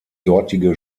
dortige